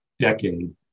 decade